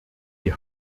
die